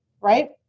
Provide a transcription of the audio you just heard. right